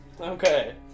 Okay